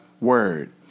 word